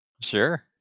Sure